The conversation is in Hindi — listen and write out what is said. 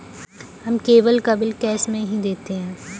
हम केबल का बिल कैश में ही देते हैं